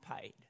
paid